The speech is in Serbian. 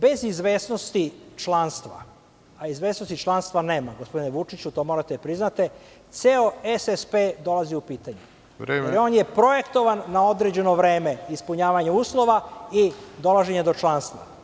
Bez izvesnosti članstva, a izvesnosti članstva nema gospodine Vučiću, to morate da priznate, ceo SSP dolazi u pitanje, jer on je projektovan na određeno vreme ispunjavanjem uslova i dolaženjem do članstva.